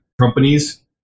companies